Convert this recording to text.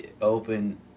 open